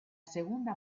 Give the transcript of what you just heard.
segunda